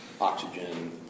oxygen